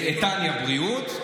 את טניה, בריאות.